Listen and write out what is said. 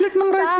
like number um